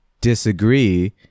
disagree